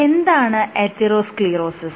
എന്താണ് അതിറോസ്ക്ളീറോസിസ്